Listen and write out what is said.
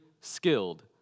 skilled